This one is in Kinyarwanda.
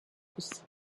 gusa